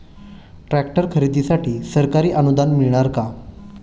Tractor खरेदीसाठी सरकारी अनुदान मिळणार का?